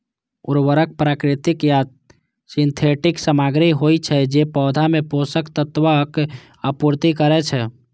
उर्वरक प्राकृतिक या सिंथेटिक सामग्री होइ छै, जे पौधा मे पोषक तत्वक आपूर्ति करै छै